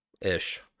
Ish